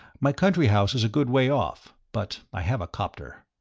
my country house is a good way off, but i have a copter.